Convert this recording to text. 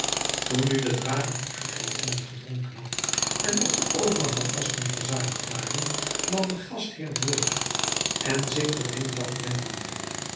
toen nu de drager goed gegeten en gedronken had en ook de overige gasten verzadigd waren nam de gastheer het woord en zich tot hindbad wendende